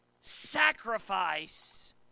sacrifice